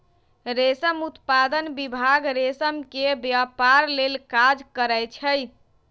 रेशम उत्पादन विभाग रेशम के व्यपार लेल काज करै छइ